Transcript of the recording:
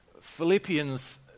Philippians